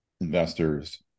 investors